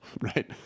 right